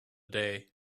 day